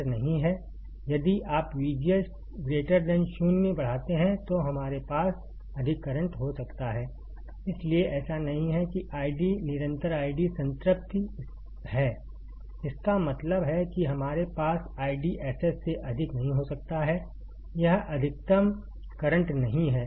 यदि आप VGS 0 बढ़ाते हैं तो हमारे पास अधिक करंट हो सकता है इसलिए ऐसा नहीं है कि आईडी निरंतर आईडी संतृप्ति है इसका मतलब है कि हमारे पास IDSS से अधिक नहीं हो सकता है यह अधिकतम करंट नहीं है